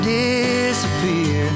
disappear